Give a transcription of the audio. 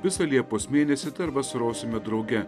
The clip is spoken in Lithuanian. visą liepos mėnesį vasarosime drauge